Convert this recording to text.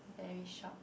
very sharp